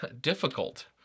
difficult